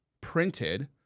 printed